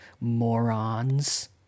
morons